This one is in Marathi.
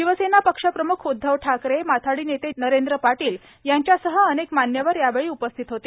शिवसेना पक्ष प्रम्ख उध्दव ठाकरे माथाडी नेते नरेंद्र पाटील यांच्यासह अनेक मान्यवर यावेळी उपस्थित होते